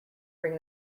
bring